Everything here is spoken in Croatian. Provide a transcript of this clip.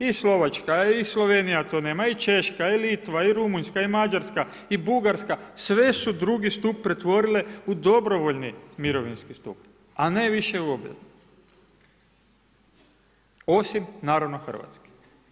I Slovačka je i Slovenija to nema, i Češka, i Litva i Rumunjska i Mađarska i Bugarska, sve su drugi stup pretvorile u dobrovoljni mirovinski stup a ne više u obvezni osim naravno Hrvatske.